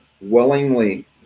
willingly